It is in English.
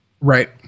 Right